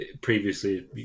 previously